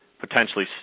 potentially